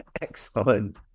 Excellent